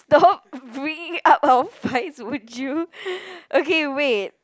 the whole bringing up her face would you okay wait